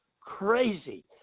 crazy